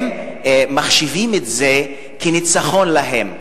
הם מחשיבים את זה כניצחון להם,